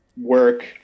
work